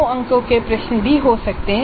दो अंकों के प्रश्न भी हो सकते हैं